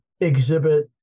exhibit